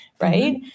right